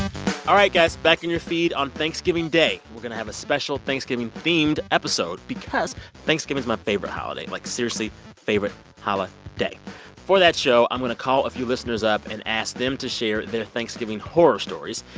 all right, guys, back in your feed on thanksgiving day we're going to have a special thanksgiving-themed episode because thanksgiving's my favorite holiday like, seriously, favorite holiday. for that show, i'm going to call a few listeners up and ask them to share their thanksgiving horror stories,